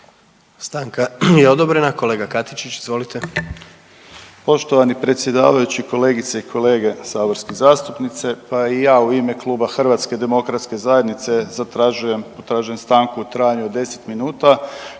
Stanka je odobrena. Kolega Katičić, izvolite. **Katičić, Krunoslav (HDZ)** Poštovani predsjedavajući, kolegice i kolege saborski zastupnice. Pa i ja u ime kluba HDZ-a zatražujem, potražujem stanku u trajanju od 10 minuta